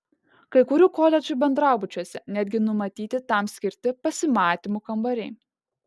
kai kurių koledžų bendrabučiuose netgi numatyti tam skirti pasimatymų kambariai